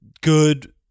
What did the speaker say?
good –